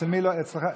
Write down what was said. זה לא עובד אצלי.